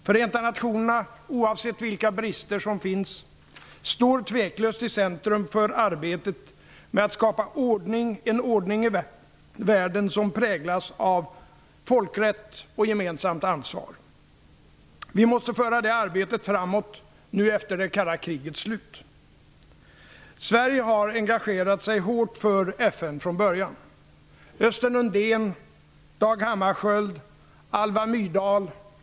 Förenta nationerna, oavsett vilka brister som finns, står tveklöst i centrum för arbetet med att skapa en ordning i världen som präglas av folkrätt och gemensamt ansvar. Vi måste föra det arbetet framåt nu efter det kalla krigets slut. Sverige har engagerat sig hårt för FN från början.